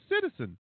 citizen